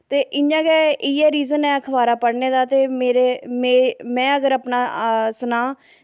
ते इ'यां गै इ'यै रिज़न ऐ अखबारां पढ़नें दा ते मेरे में अगर अपना सनांऽ